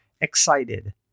excited